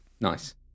Nice